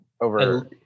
over